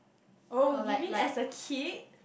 oh you mean as a kid